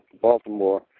Baltimore